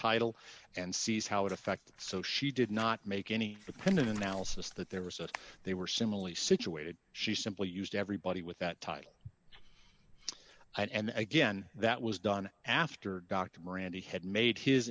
title and sees how it affects so she did not make any dependent analysis that there was that they were similarly situated she simply used everybody with that title and again that was done after dr marandi had made his